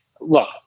look